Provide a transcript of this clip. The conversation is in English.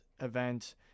event